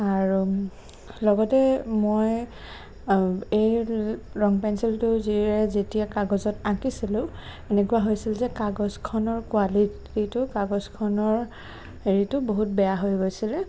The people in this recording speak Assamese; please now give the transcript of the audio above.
আৰু লগতে মই এই ৰং পেঞ্চিলটোৰে যেতিয়া কাগজত আঁকিছিলোঁ এনেকুৱা হৈছিল যে কাগজখনৰ কোৱালিটিটো কাগজখনৰ হেৰিটো বহুত বেয়া হৈ গৈছিলে